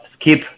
skip